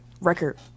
record